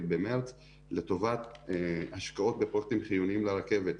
במארס לטובת השקעות בפרויקטים חיוניים לרכבת,